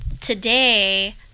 today